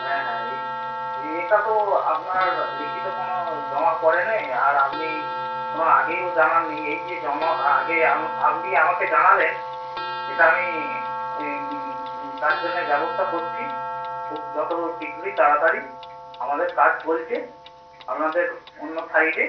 হ্যাঁ হ্যাঁ এই এটা তো আপনার লিখিত কোনো জমা পড়ে নি আর আপনি কোনো আগেও জানান নি এই যে জমা আগে আপনি আমাকে জানালেন এটা আমি এই তার জন্যে ব্যবস্থা করছি খুব যতো শীঘ্রই তাড়াতাড়ি আমাদের কাজ চলছে আমাদের অন্য সাইডে